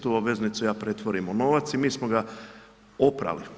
Tu obveznicu ja pretvorim u novac i mi smo ga oprali.